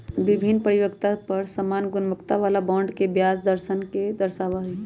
विभिन्न परिपक्वतवन पर समान गुणवत्ता वाला बॉन्ड के ब्याज दरवन के दर्शावा हई